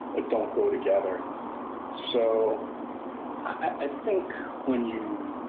ah don't go together so i think when you